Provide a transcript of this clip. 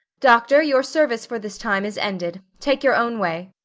doctor, your service for this time is ended take your own way.